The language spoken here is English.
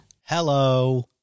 Hello